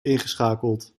ingeschakeld